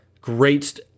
great